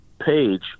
Page